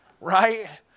right